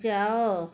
ଯାଅ